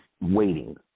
waiting